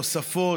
נוספות,